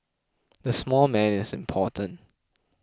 the small man is important